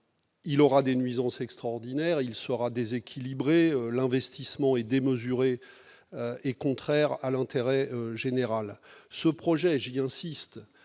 Il causera des nuisances extraordinaires, il sera déséquilibré et l'investissement réalisé est démesuré et contraire à l'intérêt général. J'y insiste,